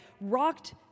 rocked